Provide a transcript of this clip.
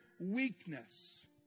weakness